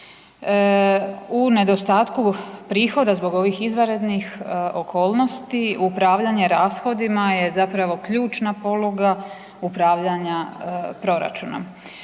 U nedostatku prihoda zbog ovih izvanrednih okolnosti, upravljanje rashodima je zapravo ključna poluga upravljanja proračunom